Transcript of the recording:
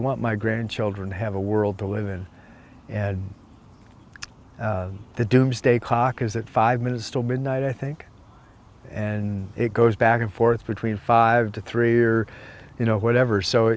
want my grandchildren have a world to live in and the doomsday clock is it five minutes till midnight i think and it goes back and forth between five to three or you know whatever so